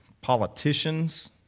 politicians